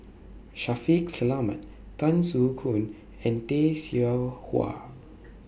Shaffiq Selamat Tan Soo Khoon and Tay Seow Huah